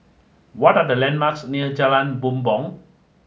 what are the landmarks near Jalan Bumbong